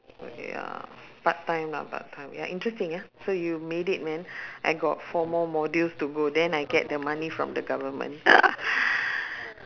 so ya part time lah part time ya interesting ya so you made it man I got four more modules to go than I get the money from the government